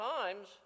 times